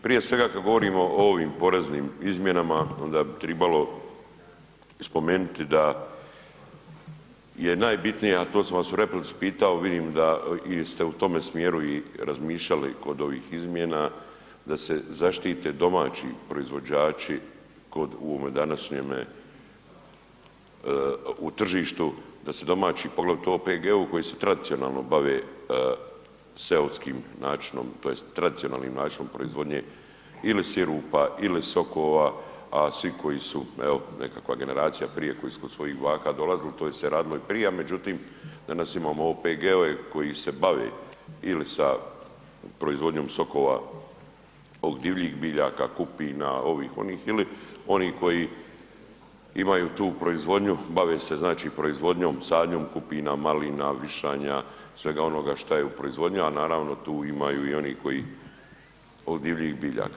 Prije svega kada govorimo o ovim poreznim izmjenama onda bi tribalo spomenuti da je najbitnije a to sam vas u replici pitao, vidim da ste u tome smjeru i razmišljali kod ovih izmjena da se zaštite domaći proizvođači u ovom današnjem tržištu, poglavito OPG-ovi koji se tradicionalno bave seoskim načinom, tj. tradicionalnim načinom proizvodnje ili sirupa ili sokova, a svi koji su neka generacija prije koji su kod svojih baka dolazili to se je radilo i prije, međutim danas imamo OPG-ove koji se bave ili sa proizvodnjom sokova, divljih biljaka, kupina, ovih, onih ili oni koji imaju tu proizvodnju bave se proizvodnjom, sadnjom kupina, malina, višanja, svega onoga što je u proizvodnji, a naravno tu imaju i oni koji od divljih biljaka.